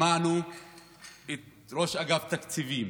שמענו את ראש אגף התקציבים